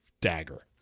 dagger